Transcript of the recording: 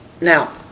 now